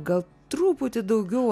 gal truputį daugiau